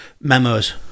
memos